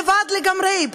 לבד לגמרי,